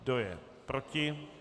Kdo je proti?